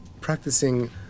practicing